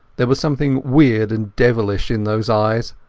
there was something weird and devilish in those eyes,